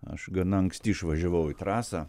aš gana anksti išvažiavau į trasą